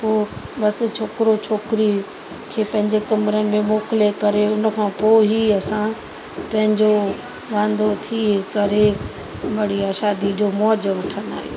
पोइ बस छोकिरो छोकिरी खे पंहिंजे कमिरे में मोकले करे उन खां पोइ ही असां पंहिंजो रांधो थी करे बढ़िया शादी जो मौज वठंदा आहियूं